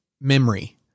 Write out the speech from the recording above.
memory